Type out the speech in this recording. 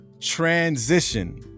transition